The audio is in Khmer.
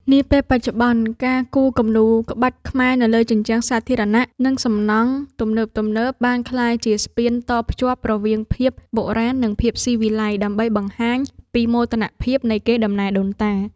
នាពេលបច្ចុប្បន្ន ការគូរគំនូរក្បាច់ខ្មែរនៅលើជញ្ជាំងសាធារណៈ និងសំណង់ទំនើបៗ បានក្លាយជាស្ពានតភ្ជាប់រវាងភាពបុរាណ និងភាពស៊ីវិល័យ ដើម្បីបង្ហាញពីមោទនភាពនៃកេរដំណែលដូនតា។